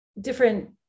different